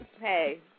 Hey